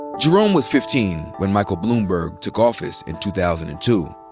jerome was fifteen when michael bloomberg took office in two thousand and two.